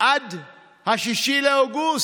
עד 6 באוגוסט.